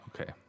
Okay